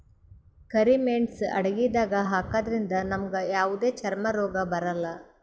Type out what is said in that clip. ಕರಿ ಮೇಣ್ಸ್ ಅಡಗಿದಾಗ್ ಹಾಕದ್ರಿಂದ್ ನಮ್ಗ್ ಯಾವದೇ ಚರ್ಮ್ ರೋಗ್ ಬರಲ್ಲಾ